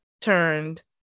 turned